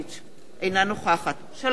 אינה נוכחת שלום שמחון,